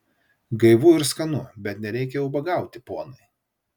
gaivu ir skanu bet nereikia ubagauti ponai